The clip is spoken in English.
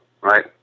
right